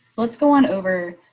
let's go on over.